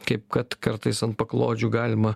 kaip kad kartais ant paklodžių galima